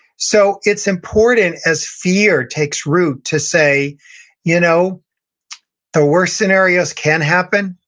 so, it's important as fear takes root to say you know the worst scenarios can happen,